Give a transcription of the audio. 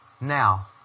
Now